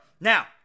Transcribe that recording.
Now